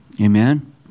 Amen